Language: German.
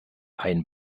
ein